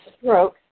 stroke